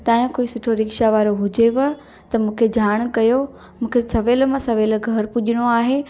तव्हांजो कोई सुठो रिक्शा वारो हुजेव त मूंखे जाण कयो मूंखे सवेल मां सवेल घर पुजिणो आहे